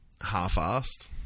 half-assed